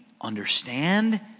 understand